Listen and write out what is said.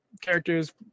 characters